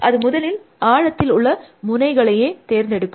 இது முதலில் ஆழத்தில் உள்ள முனைகளையே தேர்ந்தடுக்கும்